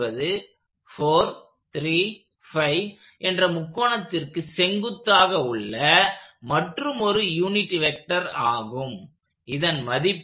என்பது 4 3 5 என்ற முக்கோணத்திற்கு செங்குத்தாக உள்ள மற்றுமொரு யூனிட் வெக்டர் ஆகும் இதன் மதிப்பு